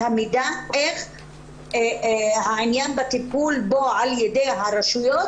המידע איך מתקדם הטיפול על ידי הרשויות.